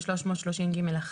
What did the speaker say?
330ג1,